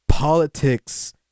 Politics